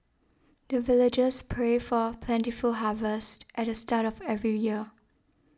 the villagers pray for plentiful harvest at the start of every year